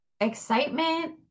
Excitement